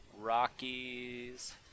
Rockies